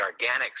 organics